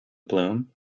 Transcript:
bloom